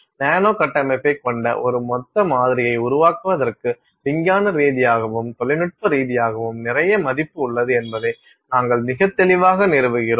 நானோ கட்டமைப்பைக் கொண்ட ஒரு மொத்த மாதிரியை உருவாக்குவதற்கு விஞ்ஞான ரீதியாகவும் தொழில்நுட்ப ரீதியாகவும் நிறைய மதிப்பு உள்ளது என்பதை நாங்கள் மிகத் தெளிவாக நிறுவுகிறோம்